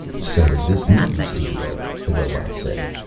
so is this movie studio, the robot said.